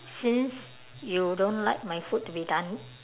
since you don't like my food to be done